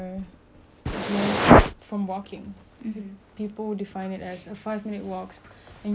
people would define it as five minute walk and you're okay building the same that means you're healthy depends